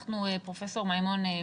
פרופ' מימון,